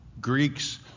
Greeks